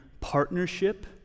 partnership